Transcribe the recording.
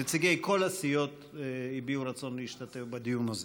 נציגי כל הסיעות הביעו רצון להשתתף בדיון הזה.